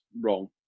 wrong